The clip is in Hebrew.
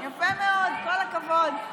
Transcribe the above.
יפה מאוד, כל הכבוד.